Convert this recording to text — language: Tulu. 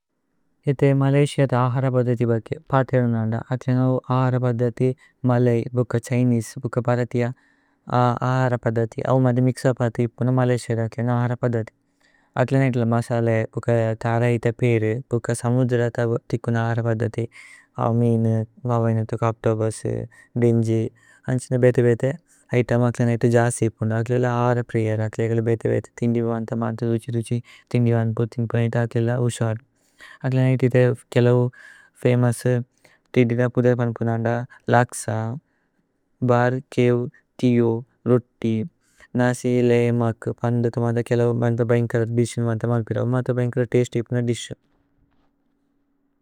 മലയ്സിഅ അഥ് ആഹര പദ്ധതി ബകി। പതിഅലനന്ദ ആഹര പദ്ധതി മലൈ। ഛ്ഹിനേസേ പരഥിഅ ആഹര പദ്ധതി। ഔമദ മിക്സ പദ്ധതി ഇപുന മലയ്സിഅ। ആഹര പദ്ധതി മസല തര ഇഥ। പീരേ സമുദ്ര ഇഥ തിക്കുന ആഹര। പദ്ധതി മീനു ഓച്തോപുസ് ദേന്ജി അന്ഛിന। ബേതേ ബേതേ ഇതേമ് അക്ല നേതു ജസി ഇപുന। അക്ല നേതു ആഹര പ്രീരേ അക്ല നേതു। ബേതേ ഥിന്ദി വന്തമന്ത ദുഛി ദുഛി। ഥിന്ദി വന്തമന്ത ദുഛി ദുഛി। അക്ല നേതു ഇഥ കേലൌ ഫമോഉസ് ഹിന്ദി। ധ പുദേ പന്പുനന്ദ ലക്സ ഭര് കേവ്। തിഓ രോത്തി നസി ലയമക്। പന്ദിഥു മത കേലൌ മന്ത ബന്കര। ദിശിന് മത മല്പിരൌ മത ബന്കര। തസ്തേ ഇപുന ദിശ്।